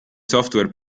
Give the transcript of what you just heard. software